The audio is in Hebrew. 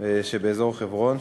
שבאזור חברון,